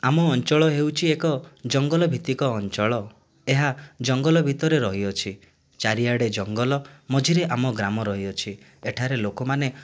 ଆମ ଅଞ୍ଚଳ ହେଉଛି ଏକ ଜଙ୍ଗଲ ଭିତ୍ତିକ ଅଞ୍ଚଳ ଏହା ଜଙ୍ଗଲ ଭିତରେ ରହିଅଛି ଚାରିଆଡ଼େ ଜଙ୍ଗଲ ମଝିରେ ଆମ ଗ୍ରାମ ରହିଅଛି ଏଠାରେ ଲୋକମାନେ